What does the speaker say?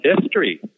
history